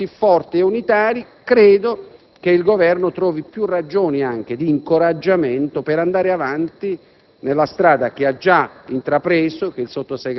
si creano condizioni e messaggi così forti e unitari, il Governo trovi più ragioni di incoraggiamento per andare avanti